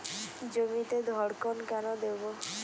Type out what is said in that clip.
জমিতে ধড়কন কেন দেবো?